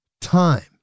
Time